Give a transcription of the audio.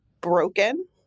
broken